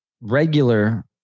regular